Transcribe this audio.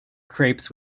crepes